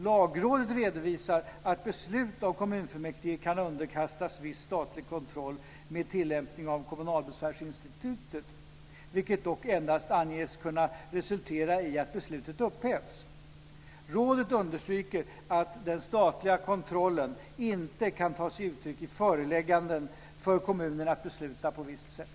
Lagrådet redovisar att beslut av kommunfullmäktige kan underkastas viss statlig kontroll med tillämpning av kommunalbesvärsinstitutet, vilket dock endast anges kunna resultera i att beslutet upphävs. Rådet understryker att den statliga kontrollen inte kan ta sig uttryck i förelägganden för kommunen att besluta på visst sätt.